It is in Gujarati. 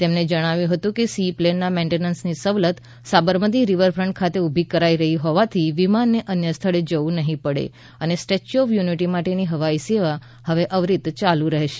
તેમણે જણાવ્યું હતું કે સી પ્લેનના મેઈન્ટેનન્સની સવલત સાબરમતી રિવરફ્રન્ટ ખાતે ઊભી કરાઈ રહી હોવાથી વિમાનને અન્ય સ્થળે જવું નહીં પડે અને સ્ટેચ્યું ઓફ યુનિટી માટેની હવાઈ સેવા હવે અવિરત ચાલુ રહેશે